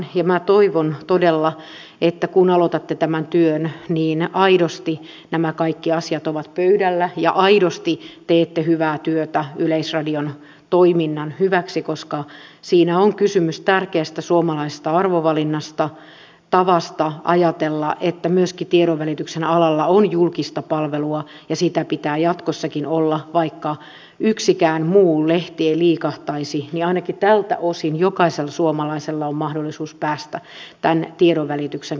minä toivon todella että kun aloitatte tämän työn niin aidosti nämä kaikki asiat ovat pöydällä ja aidosti teette hyvää työtä yleisradion toiminnan hyväksi koska siinä on kysymys tärkeästä suomalaisesta arvovalinnasta tavasta ajatella että myöskin tiedonvälityksen alalla on julkista palvelua ja sitä pitää jatkossakin olla ja vaikka yksikään muu lehti ei liikahtaisi niin ainakin tältä osin jokaisella suomalaisella on mahdollisuus päästä tämän tiedonvälityksen piiriin